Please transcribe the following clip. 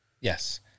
Yes